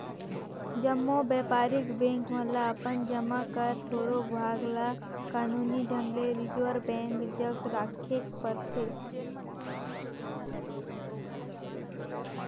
जम्मो बयपारिक बेंक मन ल अपन जमा कर थोरोक भाग ल कानूनी ढंग ले रिजर्व बेंक जग राखेक परथे